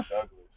Douglas